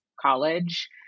college